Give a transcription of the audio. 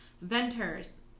Venters